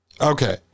Okay